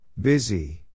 Busy